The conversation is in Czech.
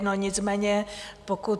No, nicméně pokud...